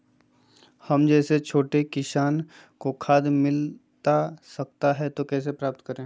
हम जैसे छोटे किसान को खाद मिलता सकता है तो कैसे प्राप्त करें?